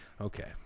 Okay